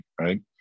right